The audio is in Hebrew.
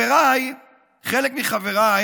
חלק מחבריי,